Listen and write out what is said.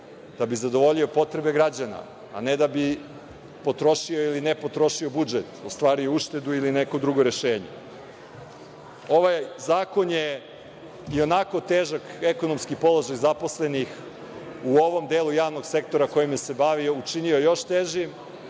da bi zadovoljio potrebe građana, a ne da bi potrošio ili ne potrošio budžet, ostvario uštedu ili neko drugo rešenje. Ovaj zakon je i onako težak, ekonomski položaj zaposlenih u ovom delu javnog sektora kojima se bavi, učinio je još težim